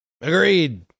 agreed